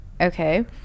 Okay